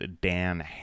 Dan